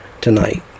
tonight